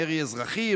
מרי אזרחי,